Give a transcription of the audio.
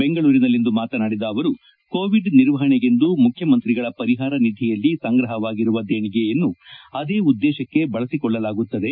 ಬೆಂಗಳೂರಿನಲ್ಲಿಂದು ಮಾತನಾಡಿದ ಅವರು ಕೋವಿಡ್ ನಿರ್ವಹಣೆಗೆಂದು ಮುಖ್ಯಮಂತ್ರಿಗಳ ಪರಿಹಾರ ನಿಧಿಯಲ್ಲಿ ಸಂಗ್ರಹವಾಗಿರುವ ದೇಣಿಗೆಯನ್ನು ಅದೇ ಉದ್ದೇಶಕ್ಕೆ ಬಳಸಿಕೊಳ್ಳಲಾಗುತ್ತದೆ